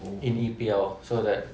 盈盈不要 so that